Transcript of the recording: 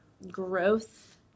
growth